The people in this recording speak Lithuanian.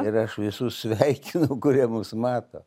ir aš visus sveikinu kurie mus mato